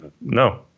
No